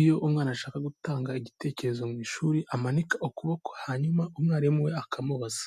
iyo umwana ashaka gutanga igitekerezo mu ishuri amanika ukuboko hanyuma umwarimu we akamubaza.